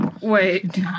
Wait